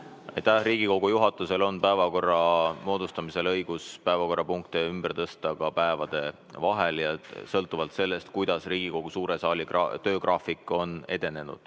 Riigikogu juhatusel on päevakorra moodustamisel õigus päevakorrapunkte ümber tõsta ka päevade vahel ja sõltuvalt sellest, kuidas Riigikogu suure saali töögraafik on edenenud.